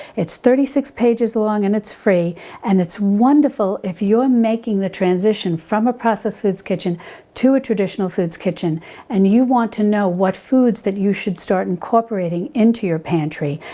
it's thirty six pages long and it's free and it's wonderful if you're making the transition from a processed foods kitchen to a traditional foods kitchen and you want to know what foods that you should start incorporating into your pantry.